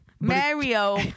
Mario